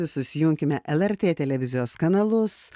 susijunkime lrt televizijos kanalus